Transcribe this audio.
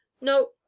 No